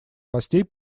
властей